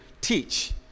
teach